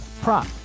prop